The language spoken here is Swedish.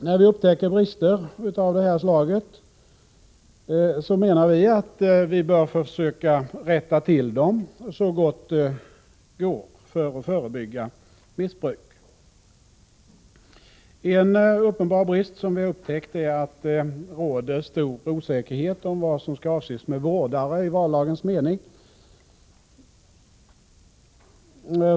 När vi upptäcker brister av det här slaget bör vi försöka rätta till dem så gott det går för att förebygga missbruk. En uppenbar brist som vi upptäckt är att det råder stor osäkerhet om vad som skall avses med vårdare i vallagens mening.